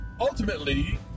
ultimately